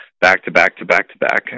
back-to-back-to-back-to-back